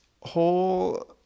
whole